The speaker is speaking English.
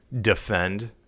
defend